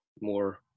more